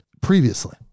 previously